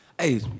Hey